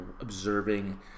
observing